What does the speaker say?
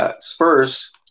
Spurs